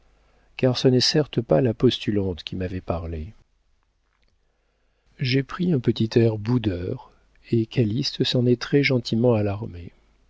car ce n'est certes pas la postulante qui m'avait parlé j'ai pris un petit air boudeur et calyste s'en est très gentiment